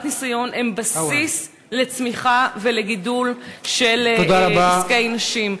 ניסיון הן בסיס לצמיחה ולגידול של עסקי נשים.